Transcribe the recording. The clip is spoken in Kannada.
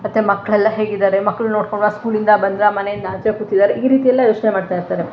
ಮತ್ತು ಮಕ್ಕಳೆಲ್ಲ ಹೇಗಿದ್ದಾರೆ ಮಕ್ಳನ್ನ ನೋಡ್ಕೊ ಸ್ಕೂಲಿಂದ ಬಂದರಾ ಮನೆಯಿಂದ ಆಚೆ ಕೂತಿದ್ದಾರೆ ಈ ರೀತಿ ಎಲ್ಲ ಯೋಚನೆ ಮಾಡ್ತಾಯಿರ್ತಾರೆ